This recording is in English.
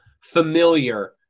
familiar